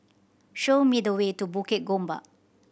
show me the way to Bukit Gombak